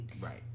Right